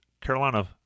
Carolina